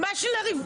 מה יש לי לריב?